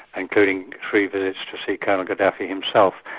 including three visits to see colonel gaddafi himself,